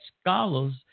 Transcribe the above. scholars